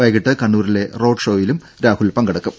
വൈകിട്ട് കണ്ണൂരിലെ റോഡ് ഷോയിലും രാഹുൽ പങ്കെടുക്കും